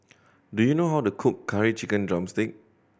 do you know how to cook Curry Chicken drumstick